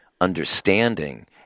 understanding